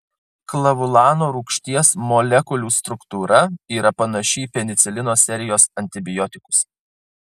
klavulano rūgšties molekulių struktūra yra panaši į penicilino serijos antibiotikus